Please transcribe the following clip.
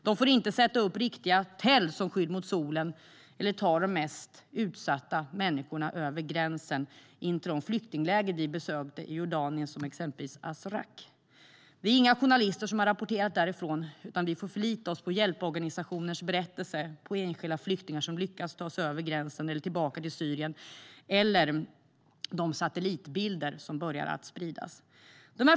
De får inte sätta upp riktiga tält som skydd mot solen eller ta de mest utsatta människorna över gränsen in till de flyktingläger som vi besökte i Jordanien, som Azraq. Det är inga journalister som har rapporterat därifrån, utan vi får förlita oss på berättelser från hjälporganisationer och enskilda flyktingar som har lyckats ta sig över gränsen eller tillbaka till Syrien eller de satellitbilder som börjar spridas.